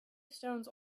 stones